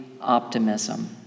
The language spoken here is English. optimism